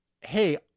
hey